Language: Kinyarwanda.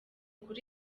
kuri